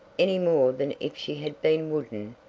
any more than if she had been wooden,